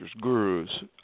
gurus